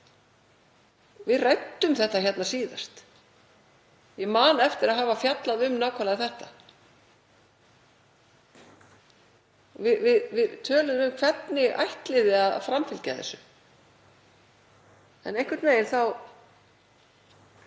Við ræddum þetta hér síðast. Ég man eftir að hafa fjallað um nákvæmlega þetta. Við töluðum um hvernig ætti að framfylgja þessu en einhvern veginn fer